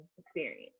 experience